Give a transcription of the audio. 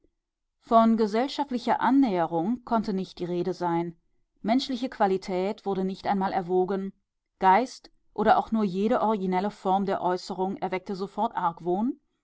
von gesellschaftlicher annäherung konnte nicht die rede sein menschliche qualität wurde nicht einmal erwogen geist oder auch nur jede originelle form der äußerung erweckte sofort